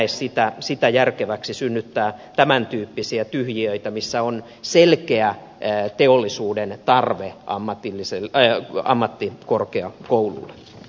en näe järkeväksi synnyttää tämäntyyppisiä tyhjiöitä sinne missä on selkeä teollisuuden tarve ammattikorkeakoululle